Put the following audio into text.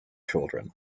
children